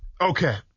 Okay